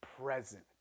present